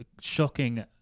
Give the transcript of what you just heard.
shocking